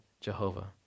Jehovah